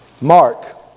Mark